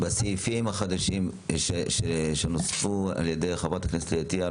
בסעיפים החדשים שנוספו על ידי חברת הכנסת עטיה,